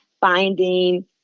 finding